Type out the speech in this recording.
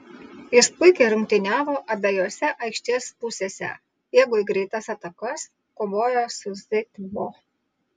jis puikiai rungtyniavo abejose aikštės pusėse bėgo į greitas atakas kovojo su z bo